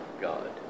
God